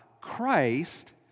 Christ